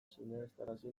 sinestarazi